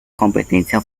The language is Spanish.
competencia